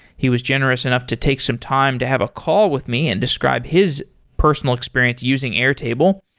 he was generous enough to take some time to have a call with me and describe his personal experience using airtable.